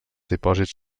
dipòsits